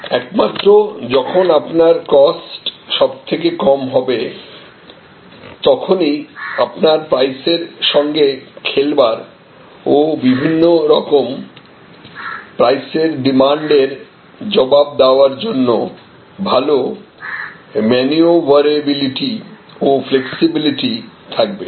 একমাত্র যখন আপনার কস্ট সব থেকে কম হবে তখনই আপনার প্রাইসের সঙ্গে খেলবার ও বিভিন্ন রকম প্রাইসের ডিমান্ড এর জবাব দেওয়ার জন্য ভালো ম্যানউভারএবিলিটি ও ফ্লেক্সিবিলিটি থাকবে